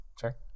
sure